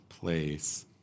place